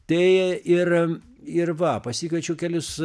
tai ir ir va pasikviečiau kelis